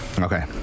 okay